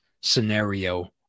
scenario